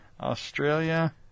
Australia